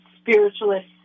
spiritualist